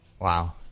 Wow